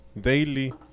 daily